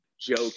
joke